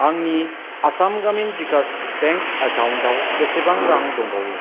आंनि आसाम ग्रामिन भिकास बेंक एकाउन्टाव बेसेबां रां दंबावो